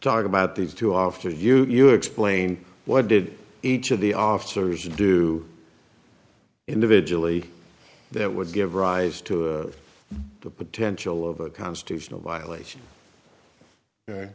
talk about these two after you you explain what did each of the officers do individually that would give rise to the potential of a constitutional violation